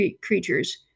creatures